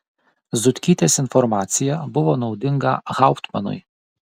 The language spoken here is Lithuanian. zutkytės informacija buvo naudinga hauptmanui